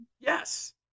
Yes